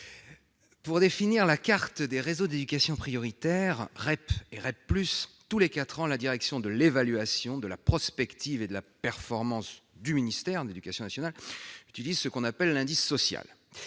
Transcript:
Pour définir la carte des réseaux d'éducation prioritaire, REP et REP+, tous les 4 ans, la direction de l'évaluation, de la prospective et de la performance du ministère de l'éducation nationale utilise « l'indice social